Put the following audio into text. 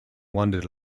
wondered